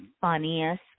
funniest